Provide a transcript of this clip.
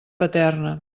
paterna